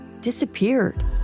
disappeared